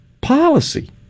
policy